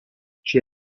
she